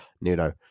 Nuno